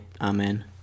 Amen